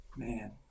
Man